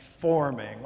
forming